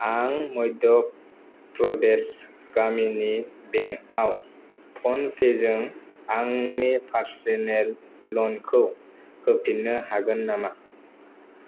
आं मध्य प्रदेश ग्रमिन बेंकआव फ'नपेजों आंनि पार्स'नेल ल'नखौ होफिन्नो हागोन नामा